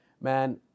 Man